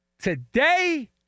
today